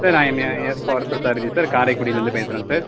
sir I am A S Parthasarathy sir காரைக்குடியிலேருந்து பேசுகிறேன் sir